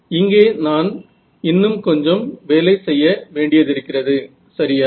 இங்கே நான் இன்னும் கொஞ்சம் வேலை செய்ய வேண்டியதிருக்கிறது சரியா